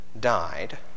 died